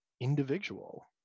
individual